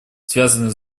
связанные